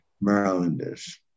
Marylanders